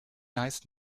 nice